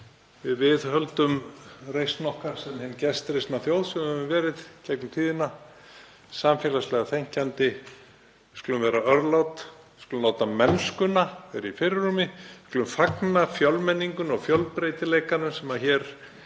við höldum reisn okkar sem sú gestrisna þjóð sem við höfum verið í gegnum tíðina, samfélagslega þenkjandi. Við skulum vera örlát, við skulum láta mennskuna vera í fyrirrúmi, við skulum fagna fjölmenningunni og fjölbreytileikanum sem hér